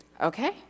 Okay